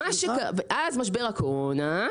ואז משבר הקורונה,